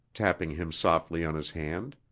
tapping him softly on his hand.